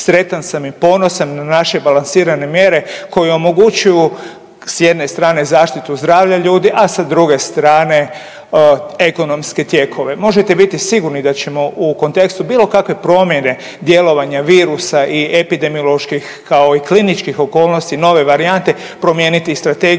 Sretan sam i ponosan na naše balansirane mjere koje omogućuju s jedne strane zaštitu zdravlja ljudi, a sa druge strane ekonomske tijekove. Možete biti sigurni da ćemo u kontekstu bilo kakve promjene djelovanja virusa i epidemioloških kao i kliničkih okolnosti nove varijante promijeniti strategiju